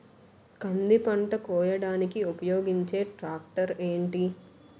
కంది పంట కోయడానికి ఉపయోగించే ట్రాక్టర్ ఏంటి?